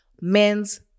men's